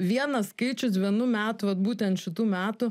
vienas skaičius vienų metų vat būtent šitų metų